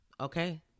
Okay